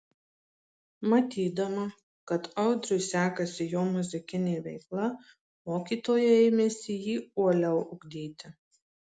matydama kad audriui sekasi jo muzikinė veikla mokytoja ėmėsi jį uoliau ugdyti